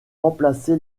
remplacé